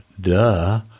duh